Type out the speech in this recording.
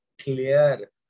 clear